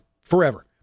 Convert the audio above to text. forever